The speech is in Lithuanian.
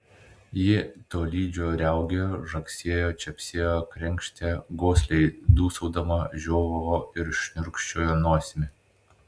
ji tolydžio riaugėjo žagsėjo čepsėjo krenkštė gosliai dūsaudama žiovavo ir šniurkščiojo nosimi